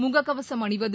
முகக்கவசம் அணிவது